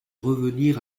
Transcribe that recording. revenir